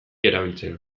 erabiltzen